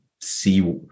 see